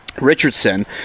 Richardson